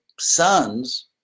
sons